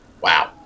wow